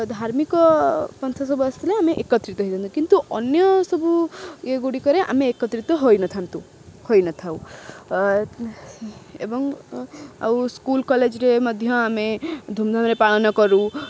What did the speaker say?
ଧାର୍ମିକ ପନ୍ଥା ସବୁ ଆସିଥିଲେ ଆମେ ଏକତ୍ରିତ ହେଇଥାନ୍ତୁ କିନ୍ତୁ ଅନ୍ୟ ସବୁ ଇଏ ଗୁଡ଼ିକରେ ଆମେ ଏକତ୍ରିତ ହୋଇନଥାନ୍ତୁ ହୋଇନଥାଉ ଏବଂ ଆଉ ସ୍କୁଲ କଲେଜରେ ମଧ୍ୟ ଆମେ ଧୁମଧାମରେ ପାଳନ କରୁ